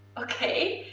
okay?